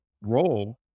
role